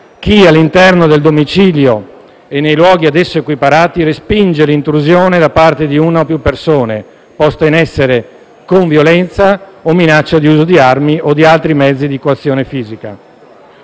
chi all'interno del domicilio e nei luoghi ad esso equiparati respinge l'intrusione da parte di una o più persone posta in essere con violenza o minaccia di uso di armi o di altri mezzi di coazione fisica.